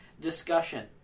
discussion